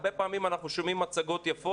הרבה פעמים אנחנו שומעים מצגות יפות